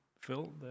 Phil